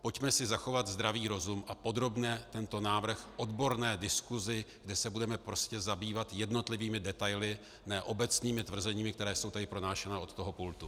Pojďme si zachovat zdravý rozum a podrobme tento návrh odborné diskusi, kde se budeme zabývat jednotlivými detaily, ne obecnými tvrzeními, která jsou tady pronášena od tohoto pultu.